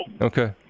Okay